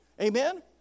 Amen